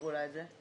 שהחדירו לה את זה?